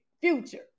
future